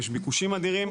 יש ביקושים אדירים.